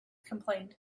complained